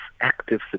active